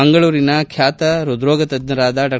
ಮಂಗಳೂರಿನ ಖ್ಯಾತ ಹೃದ್ರೋಗತಜ್ಜರಾದ ಡಾ